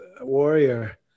warrior